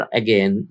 again